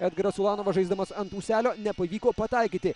edgaras ulanovas žaisdamas ant ūselio nepavyko pataikyti